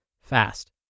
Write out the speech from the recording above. fast